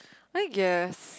I guess